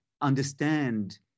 understand